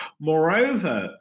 Moreover